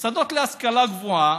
מוסדות להשכלה גבוהה.